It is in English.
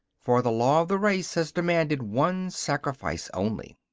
for the law of the race has demanded one sacrifice only.